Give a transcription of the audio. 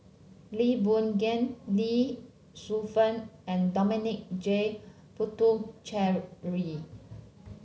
Lee Boon Ngan Lee Shu Fen and Dominic J Puthucheary